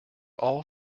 all